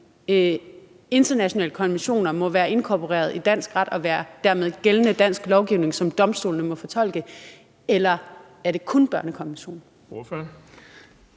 internationale konventioner må være inkorporeret i dansk ret og dermed være gældende dansk lovgivning, som domstolene må fortolke, eller gælder det kun børnekonventionen?